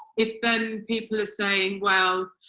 if then people are saying, well,